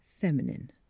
feminine